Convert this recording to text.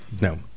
No